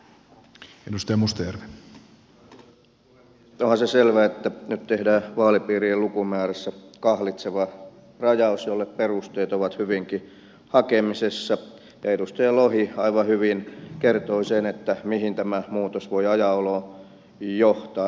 onhan se selvää että nyt tehdään vaalipiirien lukumäärässä kahlitseva rajaus jolle perusteet ovat hyvinkin hakusessa ja edustaja lohi aivan hyvin kertoi sen mihin tämä muutos voi ajan oloon johtaa